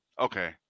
Okay